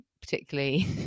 particularly